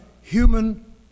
human